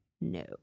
No